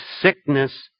Sickness